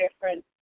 different